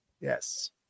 yes